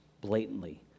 blatantly